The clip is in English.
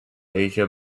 asia